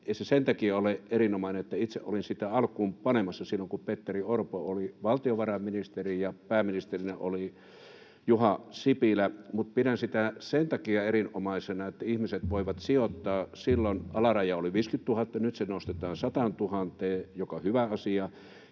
sen takia ole erinomainen, että itse olin sitä alkuun panemassa silloin, kun Petteri Orpo oli valtiovarainministerinä ja pääministerinä oli Juha Sipilä, vaan pidän sitä erinomaisena sen takia, että ihmiset voivat sijoittaa. Silloin alaraja oli 50 000, nyt se nostetaan 100 000:een, mikä on hyvä asia.